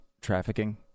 trafficking